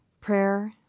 Prayer